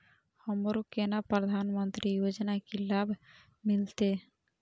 हमरो केना प्रधानमंत्री योजना की लाभ मिलते?